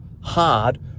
hard